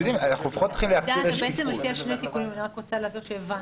אתם יודעים, אנחנו לפחות צריכים להקפיד על שקיפות.